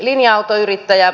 linja autoyrittäjä